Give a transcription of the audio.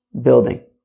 building